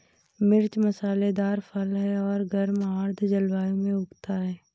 मिर्च मसालेदार फल है और गर्म आर्द्र जलवायु में उगता है